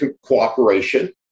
cooperation